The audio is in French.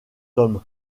tom